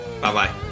Bye-bye